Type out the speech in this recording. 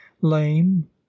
lame